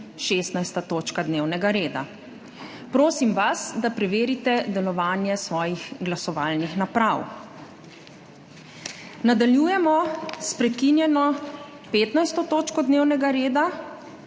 16. točka dnevnega reda. Prosim vas, da preverite delovanje svojih glasovalnih naprav. Nadaljujemo s prekinjeno 15. točko dnevnega reda,